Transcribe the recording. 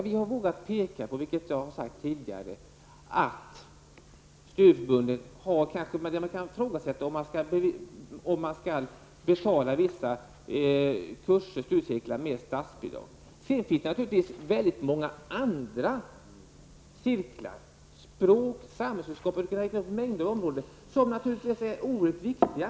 Vi har vågat peka på -- det har jag sagt tidigare -- att man kan ifrågasätta om man skall betala vissa studiecirklar hos studieförbunden med statsbidrag. Sedan finns det naturligtvis väldigt många andra cirklar, t.ex. i språk och samhällskunskap -- jag skulle kunna räkna upp mängder av områden -- som är oerhört viktiga.